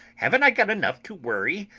haven't i got enough to worry,